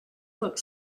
book